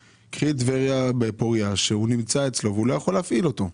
הרובוט נמצא בפוריה והוא לא יכול להפעיל אותו.